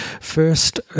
First